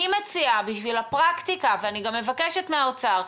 אני מציעה בשביל הפרקטיקה ואני גם מבקשת מהאוצר,